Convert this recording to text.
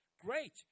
great